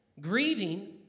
grieving